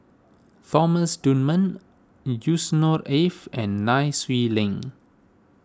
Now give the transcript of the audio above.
Thomas Dunman Yusnor Ef and Nai Swee Leng